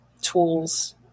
tools